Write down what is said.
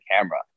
camera